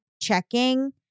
checking